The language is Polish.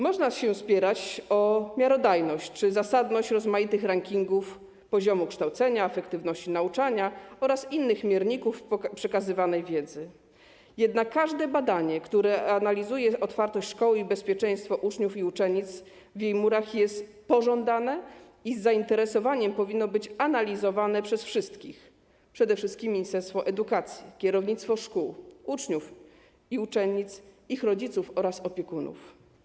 Można się spierać o miarodajność czy zasadność rozmaitych rankingów poziomu kształcenia, efektywności nauczania oraz innych mierników przekazywanej wiedzy, jednak każde badanie, które analizuje otwartość szkoły i bezpieczeństwo uczniów i uczennic w jej murach, jest pożądane i z zainteresowaniem powinno być analizowane przez wszystkich, przede wszystkim ministerstwo edukacji, kierownictwa szkół, uczniów i uczennice, ich rodziców oraz opiekunów.